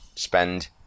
spend